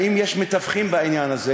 האם יש מתווכים בעניין הזה.